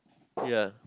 ya